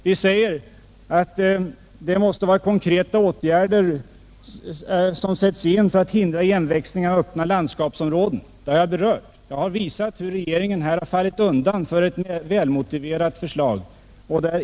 Vi säger att konkreta åtgärder skall sättas in för att hindra igenväxning av öppna landskapsområden. Det har jag berört. Jag har visat hur regeringen här har avvisat ett välmotiverat förslag.